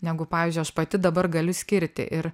negu pavyzdžiui aš pati dabar galiu skirti ir